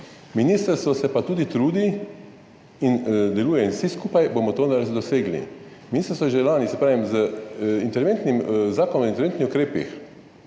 ministrstvo se pa tudi trudi in deluje in vsi skupaj bomo to namreč dosegli. Ministrstvo je že lani, saj pravim, z zakonom o interventnih ukrepih,